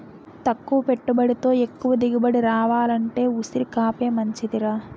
తక్కువ పెట్టుబడితో ఎక్కువ దిగుబడి రావాలంటే ఉసిరికాపే మంచిదిరా